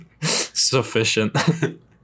Sufficient